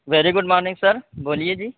very good morning sir بولیے جی